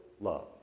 love